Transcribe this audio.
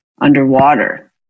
underwater